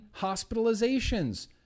hospitalizations